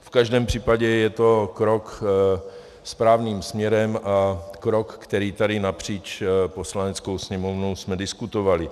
V každém případě je to krok správným směrem a krok, který jsme tady napříč Poslaneckou sněmovnou diskutovali.